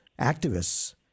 activists